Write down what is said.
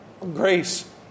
grace